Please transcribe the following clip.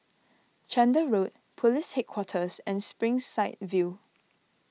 Chander Road Police Headquarters and Springside View